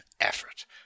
effort